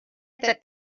that